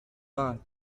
vingt